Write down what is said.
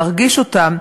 כדי להרגיש אותם,